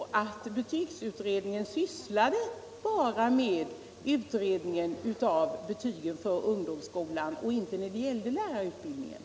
Herr talman! Men betygsutredningen sysslade bara med betygen i ungdomsskolan, inte med lärarutbildningen.